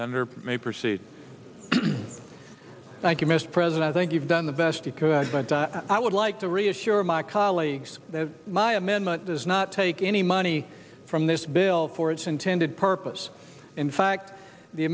and may proceed thank you mr president i think you've done the best you could but i would like to reassure my colleagues that my amendment does not take any money from this bill for its intended purpose in fact the